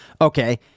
okay